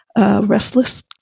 Restless